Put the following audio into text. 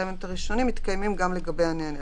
המניות הראשונים מתקיימים גם לגבי הנהנה".